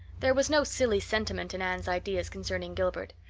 there was no silly sentiment in anne's ideas concerning gilbert.